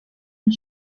une